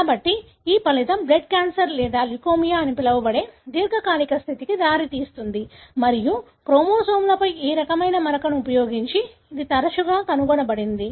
కాబట్టి ఈ ఫలితం బ్లడ్ క్యాన్సర్ లేదా లుకేమియా అని పిలువబడే చాలా దీర్ఘకాలిక స్థితికి దారితీస్తుంది మరియు క్రోమోజోమ్లపై ఈ రకమైన మరకను ఉపయోగించి ఇది తరచుగా కనుగొనబడుతుంది